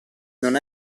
non